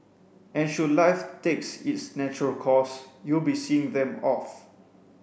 and should life takes its natural course you'll be seeing them off